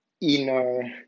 inner